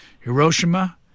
Hiroshima